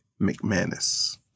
McManus